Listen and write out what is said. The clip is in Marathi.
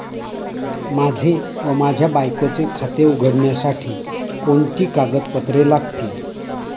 माझे व माझ्या बायकोचे खाते उघडण्यासाठी कोणती कागदपत्रे लागतील?